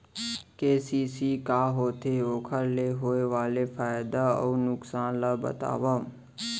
KCC का होथे, ओखर ले होय वाले फायदा अऊ नुकसान ला बतावव?